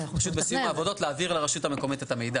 פשוט בסיום העבודות להעביר לרשות המקומית את המידע.